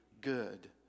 good